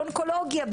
באונקולוגיה,